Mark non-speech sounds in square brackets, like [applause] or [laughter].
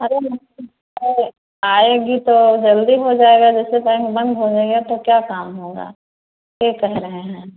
अरे हम [unintelligible] आएगी तो जल्दी हो जाएगा जैसे बैंक बंद हो जाएगा तो क्या काम होगा ये कह रहे हैं